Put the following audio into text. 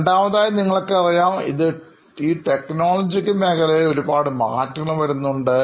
രണ്ടാമതായി നിങ്ങൾക്കറിയാം ഈ ടെക്നോളജിക്കൽ മേഖലയിൽ ഒരുപാട് മാറ്റങ്ങൾ വരുന്നുണ്ട്